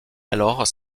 alors